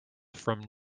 from